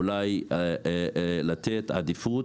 אולי לתת עדיפות.